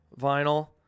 vinyl